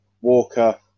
Walker